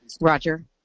Roger